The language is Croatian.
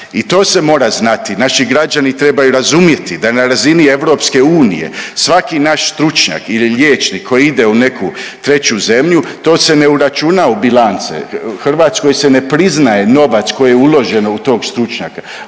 I to se mora znati, naši građani trebaju razumjeti da na razini EU svaki naš stručnjak ili liječnik koji ide u neku treću zemlju to se ne uračuna u bilance, Hrvatskoj se ne priznaje novac koji je uložen u tog stručnjaka,